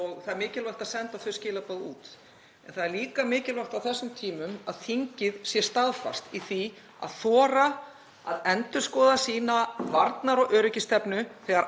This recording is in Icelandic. og það er mikilvægt að senda þau skilaboð út. En það er líka mikilvægt á þessum tímum að þingið sé staðfast í því að þora að endurskoða varnar- og öryggisstefnu sína